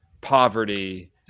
poverty